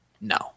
No